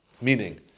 meaning